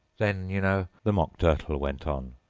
then, you know the mock turtle went on,